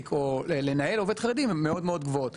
או לנהל עובד חרדי הן מאוד מאוד גבוהות.